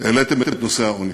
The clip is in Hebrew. העליתם את נושא העוני.